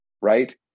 right